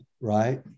right